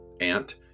ant